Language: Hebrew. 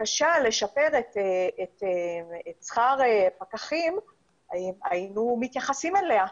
בקשה לשפר את שכר הפקחים היינו מתייחסים אליה.